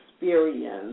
experience